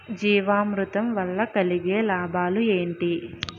జీవామృతం వల్ల కలిగే లాభాలు ఏంటి?